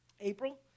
April